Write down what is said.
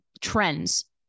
trends